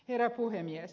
herra puhemies